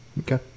okay